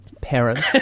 parents